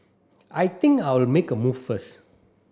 I think I'll make a move first